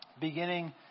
beginning